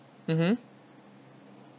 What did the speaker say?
mmhmm